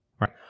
Right